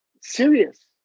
serious